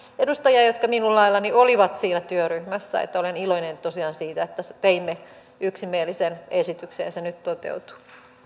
edustajia jotka minun laillani olivat siinä työryhmässä ja olen iloinen tosiaan siitä että teimme yksimielisen esityksen ja se nyt toteutuu